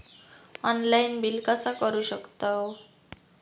Online bill कसा करु शकतव?